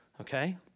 Okay